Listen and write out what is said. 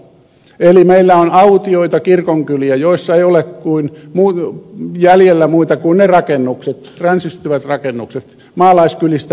eli meillä on autioita kirkonkyliä joissa ei ole jäljellä muuta kuin ne rakennukset ränsistyvät rakennukset maalaiskylistä puhumattakaan